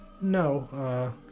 no